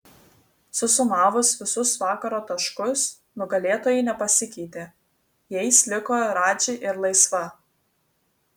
susumavus visus vakaro taškus nugalėtojai nepasikeitė jais liko radži ir laisva